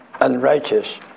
unrighteous